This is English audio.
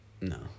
No